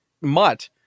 mutt